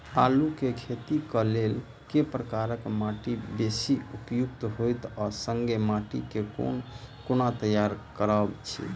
आलु केँ खेती केँ लेल केँ प्रकार केँ माटि बेसी उपयुक्त होइत आ संगे माटि केँ कोना तैयार करऽ छी?